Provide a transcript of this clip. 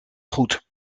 goed